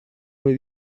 muy